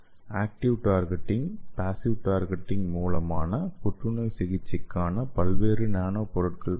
active targeting passive targeting மூலமான புற்றுநோய் சிகிச்சைக்கான பல்வேறு நானோ பொருட்கள் எவை என்பதையும் நாம் கற்றுக்கொண்டோம்